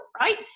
right